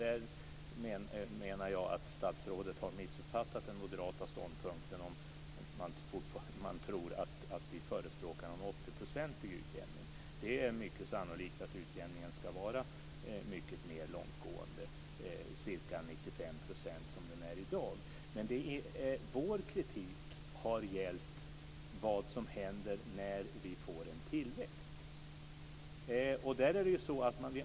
Jag menar att statsrådet har missuppfattat den moderata ståndpunkten om han tror att vi förespråkar en 80 procentig utjämning. Det är mycket sannolikt att utjämningen ska vara mycket mer långtgående, ca 95 % som den är i dag. Vår kritik har gällt vad som händer när vi får en tillväxt.